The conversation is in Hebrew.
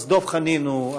אז דב חנין הוא הפותח.